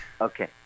Okay